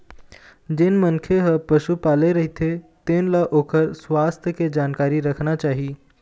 जेन मनखे ह पशु पाले रहिथे तेन ल ओखर सुवास्थ के जानकारी राखना चाही